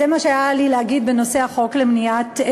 זה מה שהיה לי להגיד בנושא החוק להכרה